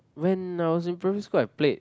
when I was primary school I played